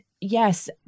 yes